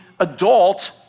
adult